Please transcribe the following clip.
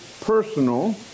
personal